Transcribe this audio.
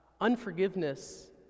Unforgiveness